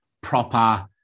proper